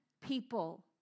people